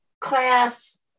class